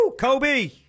Kobe